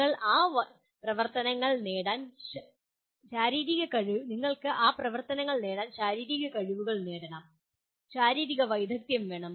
നിങ്ങൾ ആ പ്രവർത്തനങ്ങൾ നടത്താൻ ശാരീരിക കഴിവുകൾ നേടണം ശാരീരിക വൈദഗ്ദ്ധ്യം നേടണം